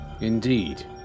Indeed